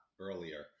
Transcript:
earlier